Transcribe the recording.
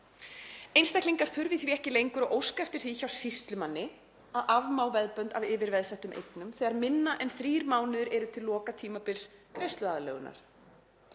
Einstaklingar þurfi því ekki lengur að óska eftir því hjá sýslumanni að afmá veðbönd af yfirveðsettum eignum, þegar minna en þrír mánuðir eru til loka tímabils greiðsluaðlögunar.